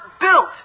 built